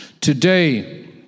Today